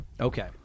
okay